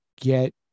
get